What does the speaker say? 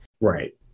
Right